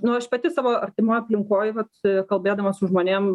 nu aš pati savo artimoj aplinkoj vat kalbėdama su žmonėm